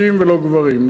לא נשים ולא גברים,